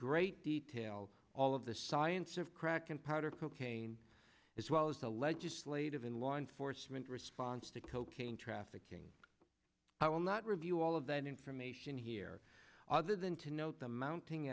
great detail all of the science of crack and powder cocaine as well as the legislative and law enforcement response to cocaine trafficking i will not review all of that information here other than to note the mounting